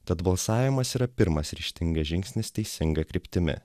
tad balsavimas yra pirmas ryžtingas žingsnis teisinga kryptimi